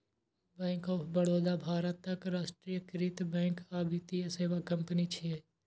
bank of Baroda भारतक राष्ट्रीयकृत bank आ वित्तीय सेवा कंपनी छियै